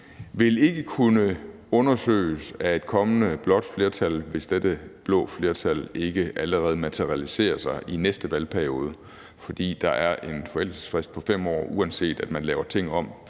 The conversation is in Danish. vil kunne undersøges af et kommende blåt flertal, hvis dette blå flertal ikke allerede materialiserer sig i næste valgperiode, fordi der er en forældelsesfrist på 5 år, uanset at man laver ting om